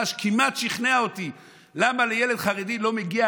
כמעט שכנע אותי למה לילד חרדי לא מגיעה